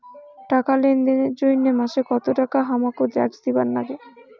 টাকা লেনদেন এর জইন্যে মাসে কত টাকা হামাক ট্যাক্স দিবার নাগে?